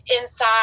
inside